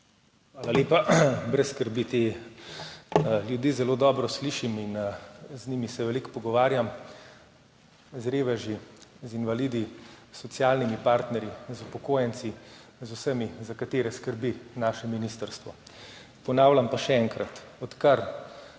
Hvala lepa. Brez skrbi, te ljudi zelo dobro slišim in se z njimi veliko pogovarjam, z reveži, z invalidi, s socialnimi partnerji, z upokojenci, z vsemi, za katere skrbi naše ministrstvo. Ponavljam pa še enkrat, odkar